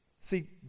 See